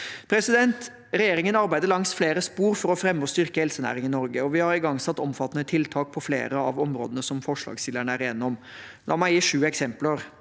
gode. Regjeringen arbeider langs flere spor for å fremme og styrke helsenæringen i Norge, og vi har igangsatt omfattende tiltak på flere av de områdene som forslagsstillerne er enige om. La meg gi sju eksempler: